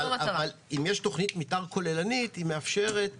אבל אם יש תכנית מתאר כוללנית היא מאפשרת